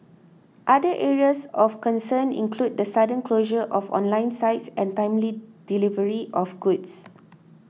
other areas of concern include the sudden closure of online sites and timely delivery of goods